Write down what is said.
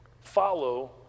Follow